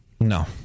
No